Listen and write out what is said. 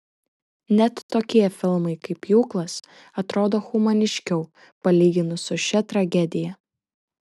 net tokie filmai kaip pjūklas atrodo humaniškiau palyginus su šia tragedija